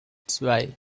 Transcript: zwei